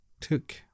took